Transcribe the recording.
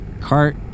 Cart